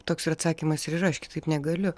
toks ir atsakymas ir yra aš kitaip negaliu